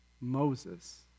Moses